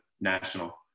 national